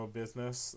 business